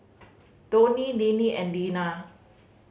Donnie Deanne and Lina